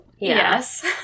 Yes